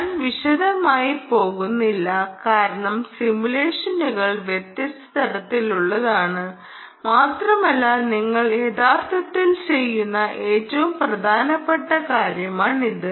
ഞാൻ വിശദമായി പോകുന്നില്ല കാരണം സിമുലേഷനുകൾ വ്യത്യസ്ത തരത്തിലുള്ളതാണ് മാത്രമല്ല നിങ്ങൾ യഥാർത്ഥത്തിൽ ചെയ്യുന്ന ഏറ്റവും പ്രധാനപ്പെട്ട കാര്യമാണിത്